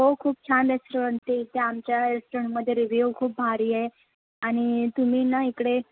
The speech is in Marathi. हो खूप छान रेस्टॉरंट आहे इथे आमच्या रेस्टॉरंटमध्ये रिव्ह्यू खूप भारी आहे आणि तुम्ही ना इकडे